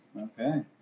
okay